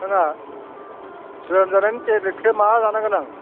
जोंना लोमजानायनि टेब्लेटखो मा जानांगोन आं